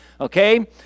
Okay